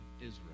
Israel